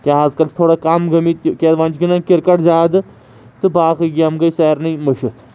کہ آز کل چھِ تھوڑا کم گٔمِتۍ کیازِ وۄنۍ چھِ گِنٛدان کِرکَٹ زیادٕ تہٕ باقٕے گیمہٕ گٔیے سارنٕے مٔشِتھ